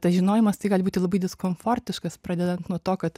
tas žinojimas tai gali būti labai diskomfortiškas pradedant nuo to kad